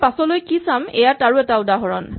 আমি পাচলৈ কি চাম এয়া তাৰে এটা উদাহৰণ